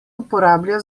uporablja